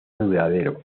duradero